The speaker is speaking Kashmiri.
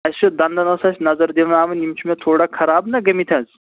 اَسہِ چھِ دَنٛدَن أسۍ اَسہِ نظر دِیناوٕنۍ یِم چھِ مےٚ تھوڑا خراب نہ گٔمٕتۍ حظ